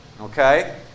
Okay